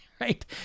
Right